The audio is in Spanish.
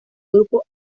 grupo